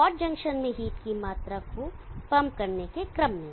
hot junction में heat की मात्रा को पंप करने के क्रम में